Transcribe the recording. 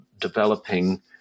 developing